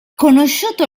conosciuto